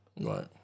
right